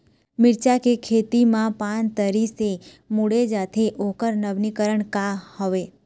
मिर्ची के खेती मा पान तरी से मुड़े जाथे ओकर नवीनीकरण का हवे?